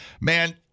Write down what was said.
man